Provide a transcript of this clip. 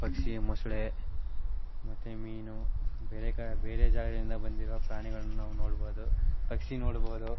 ಪಕ್ಷಿ ಮೊಸಳೆ ಮತ್ತು ಮೀನು ಬೇರೆ ಕಡೆ ಬೇರೆ ಜಾಗದಿಂದ ಬಂದಿರೋ ಪ್ರಾಣಿಗಳನ್ನ ನಾವು ನೋಡ್ಬೋದು ಪಕ್ಷಿ ನೋಡ್ಬೋದು